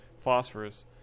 phosphorus